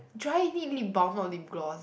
dry you need lip balm or lip gloss